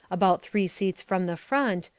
about three seats from the front,